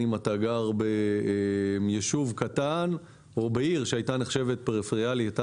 אם אתה גר ביישוב קטן או בעיר שעד עכשיו הייתה נחשבת פריפריאלית,